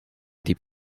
diep